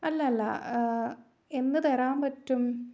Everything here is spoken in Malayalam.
അല്ല അല്ല എന്നു തരാൻ പറ്റും